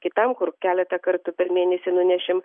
kitam kur keletą kartų per mėnesį nunešim